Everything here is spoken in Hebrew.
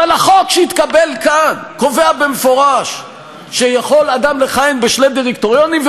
אבל החוק שהתקבל כאן קובע במפורש שיכול אדם לכהן בשני דירקטוריונים,